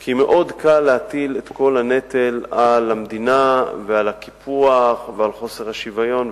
כי מאוד קל להטיל את כל הנטל על המדינה ועל הקיפוח ועל חוסר השוויון.